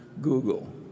Google